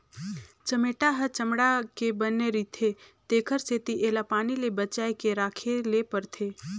चमेटा ह चमड़ा के बने रिथे तेखर सेती एला पानी ले बचाए के राखे ले परथे